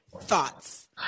thoughts